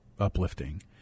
Uplifting